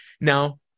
Now